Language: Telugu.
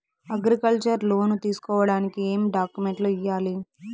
అగ్రికల్చర్ లోను తీసుకోడానికి ఏం డాక్యుమెంట్లు ఇయ్యాలి?